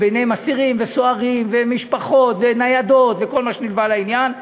של אסירים וסוהרים ומשפחות וניידות וכל מה שנלווה לעניין.